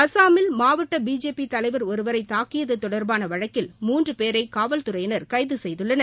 அஸ்ஸாமில் மாவட்ட பிஜேபி தலைவர் ஒருவரை தாக்கியது தொடர்பாள வழக்கில் மூன்று பேரை காவல்துறையினர் கைது செய்துள்ளனர்